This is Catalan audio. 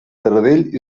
taradell